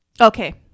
okay